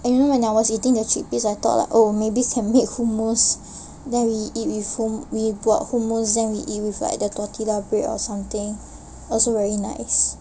and you know when I was eating the chickpeas I thought like oh maybe can make hummus then we eat with hu~ we brought hummus then we eat with like the tortilla bread or something also very nice